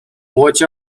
watch